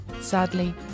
Sadly